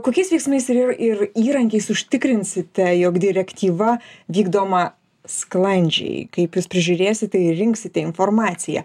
kokiais veiksmais ir ir įrankiais užtikrinsite jog direktyva vykdoma sklandžiai kaip jūs prižiūrėsite ir rinksite informaciją